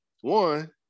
one